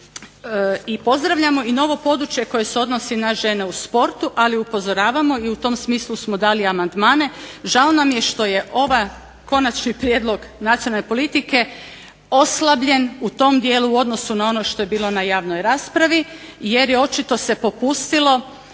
I pozdravljamo i novo područje koje se odnosi na žene u sportu, ali upozoravamo i u tom smislu smo dali i amandmane, žao nam je što je ovaj konačni prijedlog nacionalne politike oslabljen u tom dijelu u odnosu na ono što je bilo na javnoj raspravi jer je očito se popustilo